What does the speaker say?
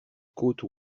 côte